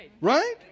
Right